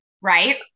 right